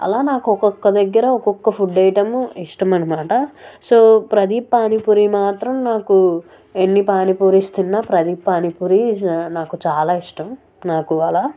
అలా నాకు ఒక్కొక్క దగ్గర ఒక్కొక్క ఫుడ్ ఐటమ్ ఇష్టం అనమాట సో ప్రదీప్ పానీపూరీ మాత్రం నాకు ఎన్ని పానీ పూరిస్ తిన్న ప్రదీప్ పానిపూరి నాకు చాలా ఇష్టం నాకు అలా